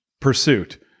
pursuit